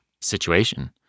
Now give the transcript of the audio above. situation